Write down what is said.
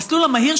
במסלול המהיר,